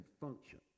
function